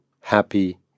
happy